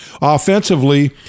offensively